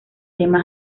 tema